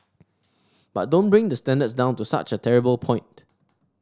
but don't bring the standards down to such a terrible point